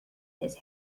his